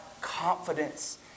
confidence